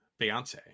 Beyonce